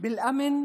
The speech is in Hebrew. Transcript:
בביטחון